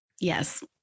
Yes